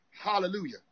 Hallelujah